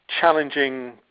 challenging